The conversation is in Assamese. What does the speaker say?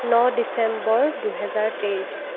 ন ডিচেম্বৰ দুহেজাৰ তেইছ